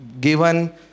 given